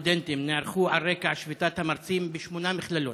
ושל הסטודנטים נערכו על רקע שביתת המרצים בשמונה מכללות.